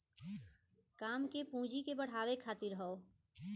काम के पूँजी के बढ़ावे खातिर हौ